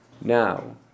now